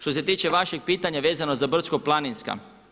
Što se tiče vašeg pitanja vezano za brdsko-planinska.